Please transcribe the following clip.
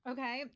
Okay